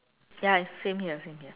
ya is same here same here